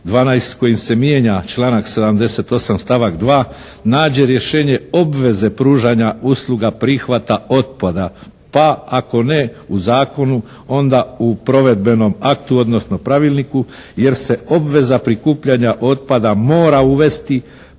12. kojim se mijenja članak 78., stavak 2. nađe rješenje obveze pružanja usluga prihvata otpada pa ako ne u zakonu onda u provedbenom aktu odnosno pravilniku jer se obveza prikupljanja otpada mora uvesti